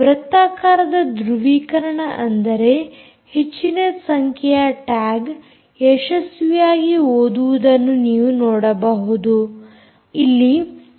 ವೃತ್ತಾಕಾರದ ಧೃವೀಕರಣ ಅಂದರೆ ಹೆಚ್ಚಿನ ಸಂಖ್ಯೆಯ ಟ್ಯಾಗ್ ಯಶಸ್ವಿಯಾಗಿ ಓದುವುದನ್ನು ನೀವು ನೋಡಬಹುದು